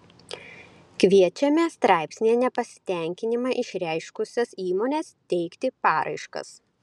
kviečiame straipsnyje nepasitenkinimą išreiškusias įmones teikti paraiškas